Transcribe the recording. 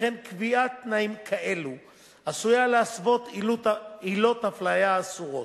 שכן קביעת תנאים כאלה עשויה להסוות עילות אפליה אסורות.